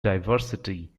diversity